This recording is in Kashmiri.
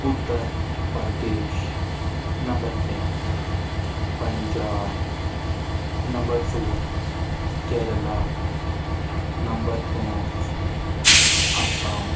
اُتر پردیش نمبر ترٛےٚ پَنجاب نمبر ژور کیریٚلا نمبر پانٛژھ آسام